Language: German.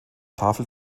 tafel